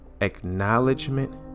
Acknowledgement